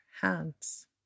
hands